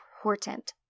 important